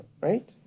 Right